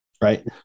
right